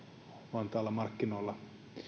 vantaalla markkinoilla